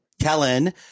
Kellen